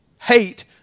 Hate